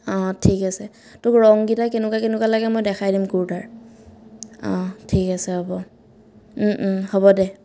অঁ ঠিক আছে তোক ৰংকেইটা কেনেকুৱা কেনেকুৱা লাগে মই দেখাই দিম কুৰ্তাৰ অঁ ঠিক আছে হ'ব হ'ব দে